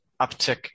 uptick